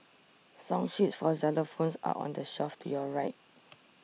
song sheets for xylophones are on the shelf to your right